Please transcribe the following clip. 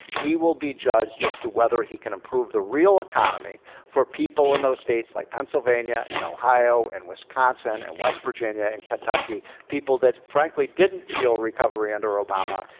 he will be judged as to whether he can improve the real economy for people in those states like pennsylvania and ohio and wisconsin and west virginia and kentucky, people that, frankly, didn't feel recovery under obama.